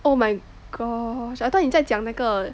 oh my gosh I thought 你在讲那个